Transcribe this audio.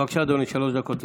בבקשה, אדוני, שלוש דקות לרשותך.